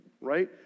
right